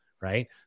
right